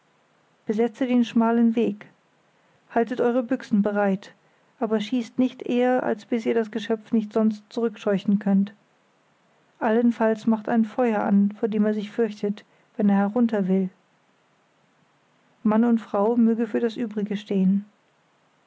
besetze den schmalen weg haltet eure büchsen bereit aber schießt nicht eher als bis ihr das geschöpf nicht sonst zurückscheuchen könnt allenfalls macht ein feuer an vor dem er sich fürchtet wenn er herunter will mann und frau möge für das übrige stehen